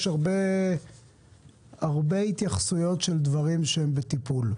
ויש הרבה התייחסויות של דברים שהם בטיפול.